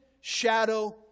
shadow